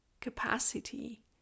capacity